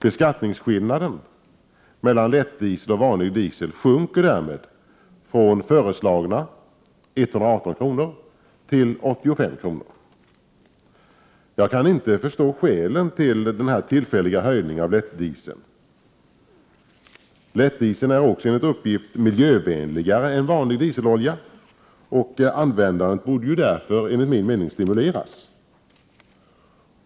Beskattningsskillnaden mellan lättdiesel och vanlig diesel sjunker därmed från 118 kr. till 85 kr. Jag kan inte förstå skälen till denna tillfälliga höjning av lättdiesel. Lättdiesel är också enligt uppgift miljövänligare än vanlig dieselolja. Användandet av lättdiesel borde därför enligt min mening stimuleras.